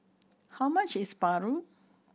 how much is Paru